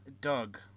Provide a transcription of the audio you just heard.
Doug